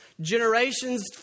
generations